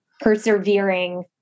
persevering